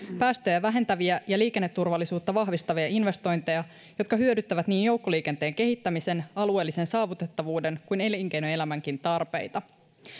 päästöjä vähentäviä ja liikenneturvallisuutta vahvistavia investointeja jotka hyödyttävät niin joukkoliikenteen kehittämisen alueellisen saavutettavuuden kuin elinkeinoelämänkin tarpeita